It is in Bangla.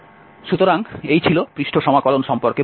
সুতরাং এই ছিল পৃষ্ঠ সমাকলন সম্পর্কে বর্ণনা